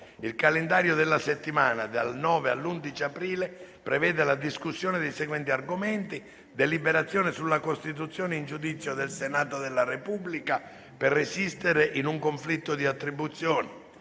Il calendario della settimana dal 9 all'11 aprile prevede la discussione dei seguenti argomenti: deliberazione sulla costituzione in giudizio del Senato della Repubblica per resistere in un conflitto di attribuzione;